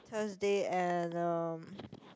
Thursday and um